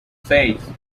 seis